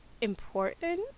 important